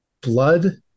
blood